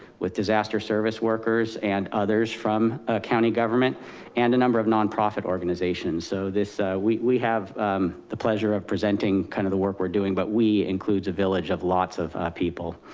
with disaster service workers and others from county government and a number of nonprofit organizations. so this we have the pleasure of presenting kind of the work we're doing, but we includes a village of lots of people.